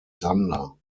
sander